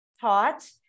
taught